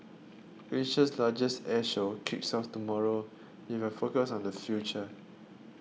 Asia's largest air show kicks off tomorrow with a focus on the future